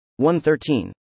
113